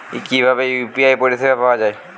কিভাবে ইউ.পি.আই পরিসেবা পাওয়া য়ায়?